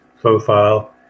profile